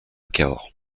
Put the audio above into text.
cahors